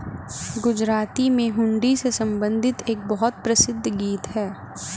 गुजराती में हुंडी से संबंधित एक बहुत प्रसिद्ध गीत हैं